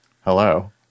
hello